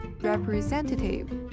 representative